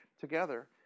together